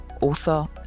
author